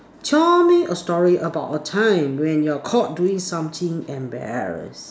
tell me a story about a time when you're caught doing something embarrass